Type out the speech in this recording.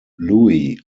louie